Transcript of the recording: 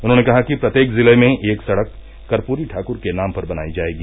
उन्होंने कहा कि प्रत्येक जिले में एक सड़क कूर्परी ठाक्र के नाम पर बनायी जायेगी